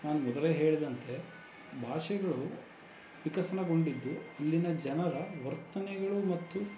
ನಾನು ಮೊದಲೇ ಹೇಳಿದಂತೆ ಭಾಷೆಗಳು ವಿಕಸನಗೊಂಡಿದ್ದು ಇಲ್ಲಿನ ಜನರ ವರ್ತನೆಗಳು ಮತ್ತು